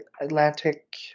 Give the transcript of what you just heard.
Atlantic